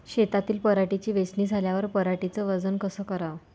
शेतातील पराटीची वेचनी झाल्यावर पराटीचं वजन कस कराव?